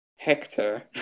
Hector